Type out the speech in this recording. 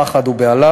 פחד ובהלה,